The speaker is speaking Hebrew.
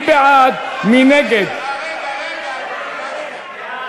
בדבר הפחתת תקציב לא נתקבלו.